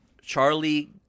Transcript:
Charlie